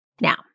Now